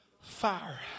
Fire